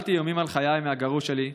קיבלתי איומים על חיי מהגרוש שלי,